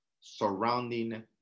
surrounding